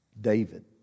David